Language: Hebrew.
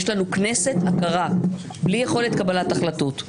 יש לנו כנסת עקרה, בלי יכולת קבלת החלטות,